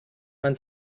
man